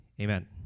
Amen